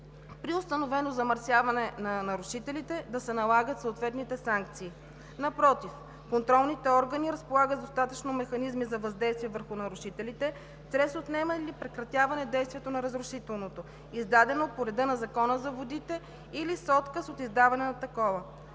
при установено замърсяване на нарушителите да се налагат съответните санкции. Напротив, контролните органи разполагат с достатъчно механизми за въздействие върху нарушителите чрез отнемане или прекратяване действието на разрешителното, издадено по реда на Закона за водите, или с отказ от издаване на такова.